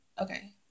Okay